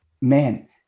man